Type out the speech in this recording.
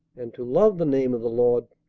and to love the name of the lord,